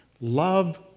love